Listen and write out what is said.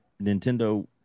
Nintendo